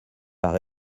par